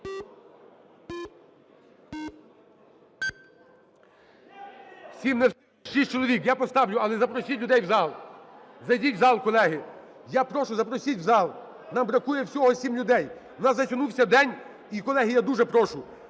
Шість чоловік. Я поставлю, але запросіть людей в зал. Зайдіть в зал, колеги. Я прошу, запросіть в зал. Нам бракує всього сім людей. У нас затягнувся день. І, колеги, я дуже прошу,